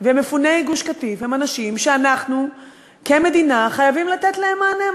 ומפוני גוש-קטיף הם אנשים שאנחנו כמדינה חייבים לתת להם מענה,